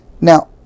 Now